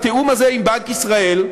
התיאום הזה עם בנק ישראל,